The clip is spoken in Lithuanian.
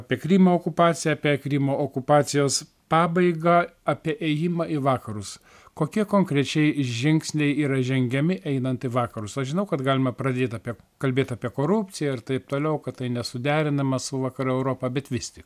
apie krymo okupaciją apie krymo okupacijos pabaigą apie ėjimą į vakarus kokie konkrečiai žingsniai yra žengiami einant į vakarus aš žinau kad galima pradėt apie kalbėt apie korupciją ir taip toliau kad tai nesuderinama su vakarų europa bet vis tik